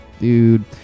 dude